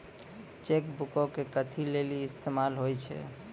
Cheque बुको के कथि लेली इस्तेमाल होय छै?